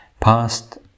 past